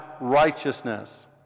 righteousness